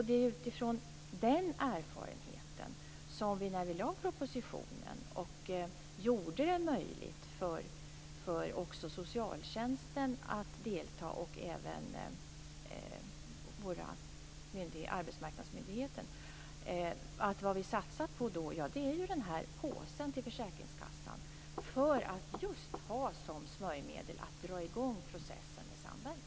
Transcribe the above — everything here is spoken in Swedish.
Det är utifrån den erfarenheten som vi, när vi lade fram propositionen och gjorde det möjligt också för socialtjänsten och arbetsmarknadsmyndigheten att delta, har satsat på den här påsen till försäkringskassan att ha just som smörjmedel för att dra igång processen med samverkan.